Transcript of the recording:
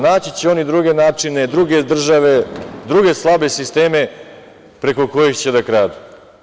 Naći će oni druge načine, druge države, druge slabe sisteme preko kojih će da kradu.